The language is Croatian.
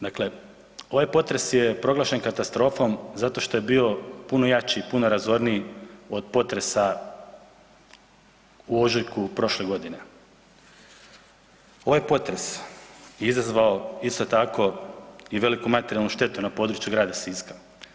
Dakle, ovaj potres je proglašen katastrofom zato što je bio puno jači i puno razorniji od potresa u ožujku prošle godine. ovaj potres je izazvao isto tako i veliku materijalnu štetu na području grada Siska.